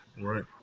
right